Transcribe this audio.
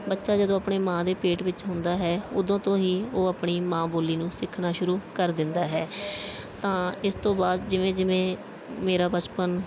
ਬੱਚਾ ਜਦੋਂ ਆਪਣੇ ਮੈਂ ਦੇ ਪੇਟ ਵਿੱਚ ਹੁੰਦਾ ਹੈ ਉਦੋਂ ਤੋਂ ਹੀ ਉਹ ਆਪਣੀ ਮਾਂ ਬੋਲੀ ਨੂੰ ਸਿੱਖਣਾ ਸ਼ੁਰੂ ਕਰ ਦਿੰਦਾ ਹੈ ਤਾਂ ਇਸ ਤੋਂ ਬਾਅਦ ਜਿਵੇਂ ਜਿਵੇਂ ਮੇਰਾ ਬਚਪਨ